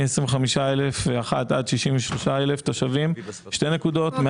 מ-25,001 עד 63,000 תושבים שתי נקודות.